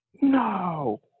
No